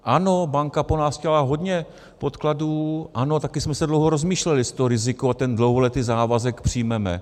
Ano, banka po nás chtěla hodně podkladů, ano, taky jsme se dlouho rozmýšleli, jestli to riziko, ten dlouholetý závazek přijmeme.